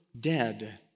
dead